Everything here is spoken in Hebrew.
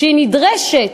שהיא נדרשת,